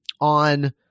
on